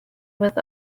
with